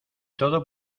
todo